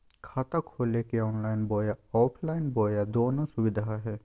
खाता खोले के ऑनलाइन बोया ऑफलाइन बोया दोनो सुविधा है?